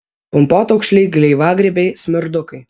pumpotaukšliai gleiviagrybiai smirdukai